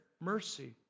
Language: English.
mercy